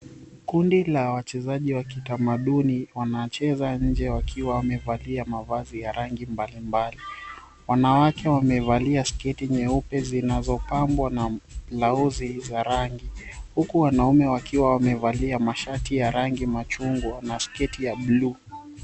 Kundi la wachezaji wa kitamaduni, wanacheza nje wakiwa wamevalia mavazi ya rangi mbalimbali. Wanawake wamevalia sketi nyeupe zinazopambwa na blauzi za rangi. Huku wanaume wakiwa wamevalia mashati ya rangi machungwa na sketi ya blue .